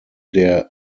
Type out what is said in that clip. der